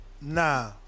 Nah